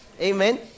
Amen